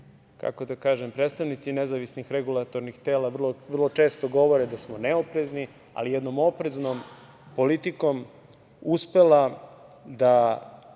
kako da kažem, predstavnici nezavisnih regulatornih tela vrlo često govore da smo neoprezni, ali jednom opreznom politikom uspela da